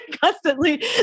constantly